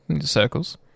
circles